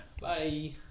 Bye